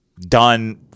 done